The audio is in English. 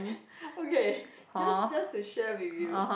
okay just just to share with you